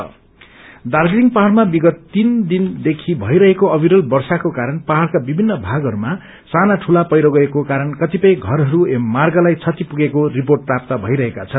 raise damage Darjeeling पहाङ्गमा विगत तीनदेखि भईरहेको अविरल वर्षाको कारण पहाङ्गका विभिन्न भागहस्मा साना ठूला पहिरो गएको कारण कतिपय घरहरू एवं मार्गलाई बति पुगेको रिपोर्ट प्रात भइरहेका छन्